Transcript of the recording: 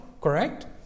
correct